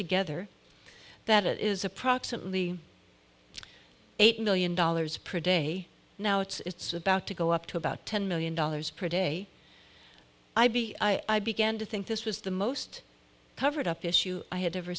together that is approximately eight million dollars pre date a now it's about to go up to about ten million dollars per day i be i began to think this was the most covered up issue i had ever